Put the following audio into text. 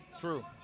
True